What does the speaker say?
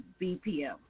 BPM